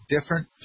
different